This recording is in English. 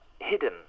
hidden